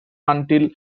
until